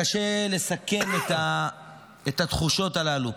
קשה לסכם את התחושות הללו.